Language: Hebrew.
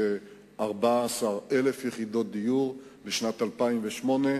כ-14,000 יחידות דיור בשנת 2008,